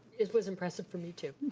it was impressive for me, too.